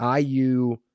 IU